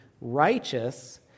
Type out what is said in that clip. righteous